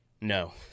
No